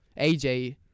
AJ